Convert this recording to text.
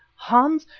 hans,